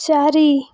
ଚାରି